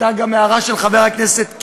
זוהיר עובר לאריאל.